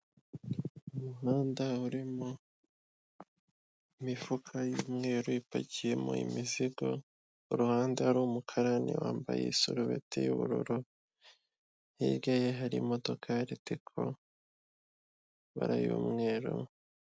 Umuhanda uri mu mifuka y'myeru ipakiyemo imizigo kuruhande hari umukarani wambaye isurubeti y'ubururu hirya hari imodoka ya ritiko bara y'umweru.